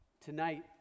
Tonight